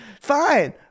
Fine